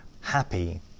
happy